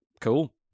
cool